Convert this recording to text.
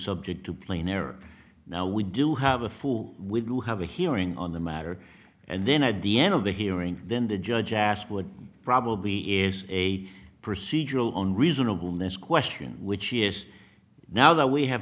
subject to plain error now we do have a fool we do have a hearing on the matter and then at the end of the hearing then the judge asked would probably a procedural on reasonableness question which is now the we have